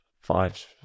five